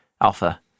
alpha